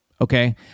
okay